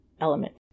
element